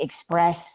express